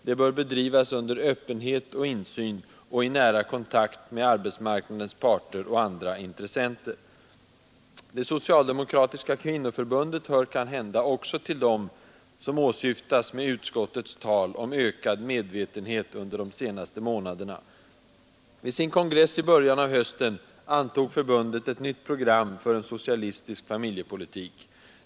Det bör bedrivas under öppenhet och insyn och i nära kontakt med arbetsmarknadens parter och andra intressenter. Det socialdemokratiska kvinnoförbundet hör kanhända också till dem som åsyftas med utskottets tal om ökad medvetenhet under de senaste månaderna. Vid sin kongress i början av hösten antog förbundet ett nytt program för en socialistisk familjepolitik.